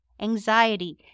anxiety